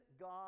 God